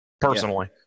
personally